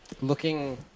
looking –